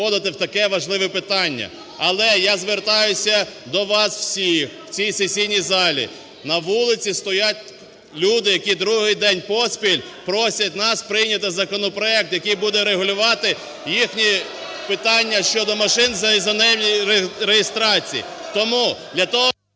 входити в таке важливе питання. Але я звертаюся до вас всіх в цій сесійній залі, на вулиці стоять люди, які другий день поспіль просять нас прийняти законопроект, який буде регулювати їхні питання щодо машин з іноземною реєстрацією.